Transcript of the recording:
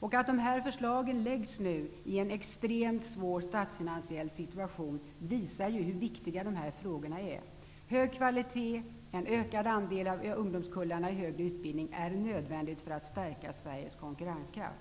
Att dessa förslag läggs fram nu, i en extremt svår statsfinansiell situation, visar ju hur viktiga dessa frågor är. Hög kvalitet och en ökad andel av ungdomskullarna i högre utbildning är nödvändigt för att stärka Sveriges konkurrenskraft.